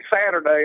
Saturday